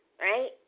right